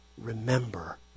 remember